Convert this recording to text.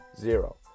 zero